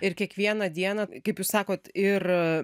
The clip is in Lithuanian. ir kiekvieną dieną kaip jūs sakot ir